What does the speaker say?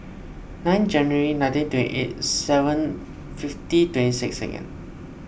nine January nineteen twenty eight seven fifty twenty six second